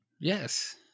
Yes